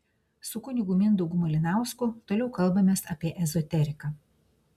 su kunigu mindaugu malinausku toliau kalbamės apie ezoteriką